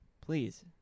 Please